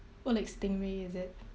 oh like stingray is it